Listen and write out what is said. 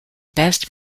best